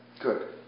Good